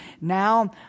Now